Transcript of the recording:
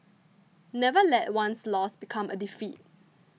never let one loss become a defeat